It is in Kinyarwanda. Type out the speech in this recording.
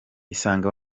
isange